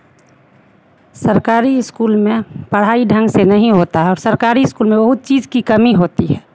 सरकारी स्कूल में पढ़ाई ढंग से नहीं होता है और सरकारी स्कूल में बहुत चीज़ की कमी होती है